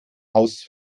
haus